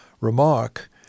remark